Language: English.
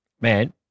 Man